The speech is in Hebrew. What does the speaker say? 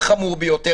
החמור ביותר,